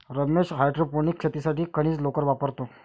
Ramesh hydroponics शेतीसाठी खनिज लोकर वापरतो